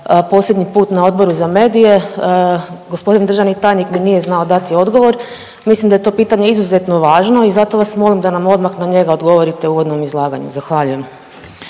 posljednji put na Odboru za medije. Gospodin državni tajnik mi nije znao dati odgovor. Mislim da je to pitanje izuzetno važno i zato vas molim da nam odmah na njega odgovorite u uvodnom izlaganju. Zahvaljujem.